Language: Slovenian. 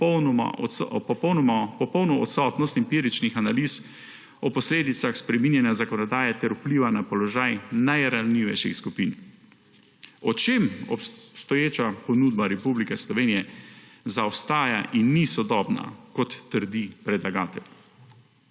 popolno odsotnost empiričnih analiz o posledicah spreminjanja zakonodaje ter vpliva na položaj najranljivejših skupin. V čem obstoječa ponudba Republike Slovenije zaostaja in ni sodobna, kot trdi predlagatelj?